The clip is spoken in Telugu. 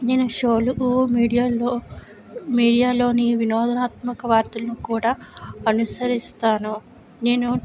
నేను షోలు మీడియాల్లో మీడియా లోని వినోదాత్మక వార్తలను కూడా అనుసరిస్తాను నేను